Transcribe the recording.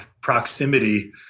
proximity